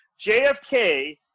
JFK